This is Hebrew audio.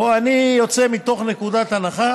בואו, אני יוצא מתוך נקודת הנחה